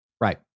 Right